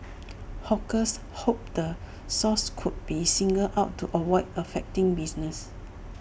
hawkers hoped the source could be singled out to avoid affecting business